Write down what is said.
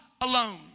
alone